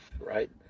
right